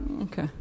Okay